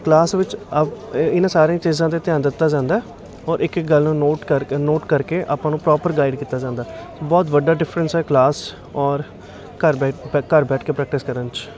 class ਵਿੱਚ ਅ ਇਹ ਇਹਨਾਂ ਸਾਰੀਆਂ ਚੀਜ਼ਾਂ 'ਤੇ ਧਿਆਨ ਦਿੱਤਾ ਜਾਂਦਾ ਔਰ ਇੱਕ ਇੱਕ ਗੱਲ ਨੂੰ ਨੋਟ ਕਰਕੇ ਨੋਟ ਕਰਕੇ ਆਪਾਂ ਨੂੰ ਪ੍ਰੋਪਰ ਗਾਈਡ ਕੀਤਾ ਜਾਂਦਾ ਬਹੁਤ ਵੱਡਾ ਡਿਫਰੈਂਸ ਹੈ ਕਲਾਸ ਔਰ ਘਰ ਬੈ ਘਰ ਬੈਠ ਕੇ ਪ੍ਰੈਕਟਿਸ ਕਰਨ 'ਚ